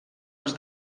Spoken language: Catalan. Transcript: els